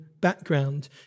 background